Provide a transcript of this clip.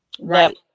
Right